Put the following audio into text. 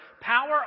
power